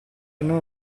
non